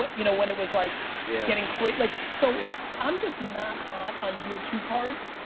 but you know, when it was like getting crazy. like, so yeah i'm just not hot on year two cards,